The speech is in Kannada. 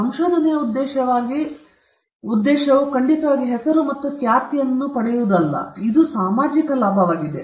ಸಂಶೋಧನೆಯ ಉದ್ದೇಶ ಖಂಡಿತವಾಗಿ ಹೆಸರು ಮತ್ತು ಖ್ಯಾತಿಯನ್ನು ಪಡೆಯಲು ಜನರಿಗೆ ಅಲ್ಲ ಇದು ಸಾಮಾಜಿಕ ಲಾಭವಾಗಿದೆ